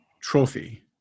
trophy